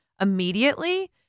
immediately